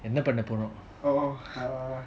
என்ன பண்ண போறோம்:enna panna porom